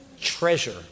Treasure